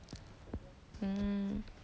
hmm